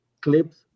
clips